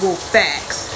facts